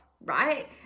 right